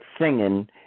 singing